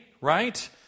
right